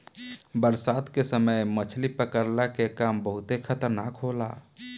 बरसात के समय मछली पकड़ला के काम बहुते खतरनाक होला